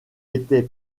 était